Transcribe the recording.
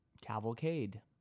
cavalcade